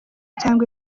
cyangwa